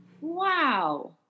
Wow